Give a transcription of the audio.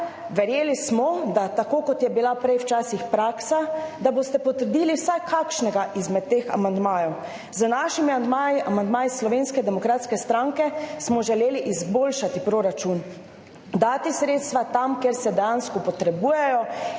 Verjeli smo, da tako, kot je bila prej včasih praksa, da boste potrdili vsaj kakšnega izmed teh amandmajev. Z našimi amandmaji, amandmaji Slovenske demokratske stranke, smo želeli izboljšati proračun, dati sredstva tja, kjer se dejansko potrebujejo,